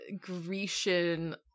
Grecian